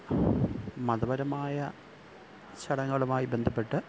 മതപരമായ ചടങ്ങുകളുമായി ബന്ധപ്പെട്ട്